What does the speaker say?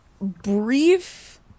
brief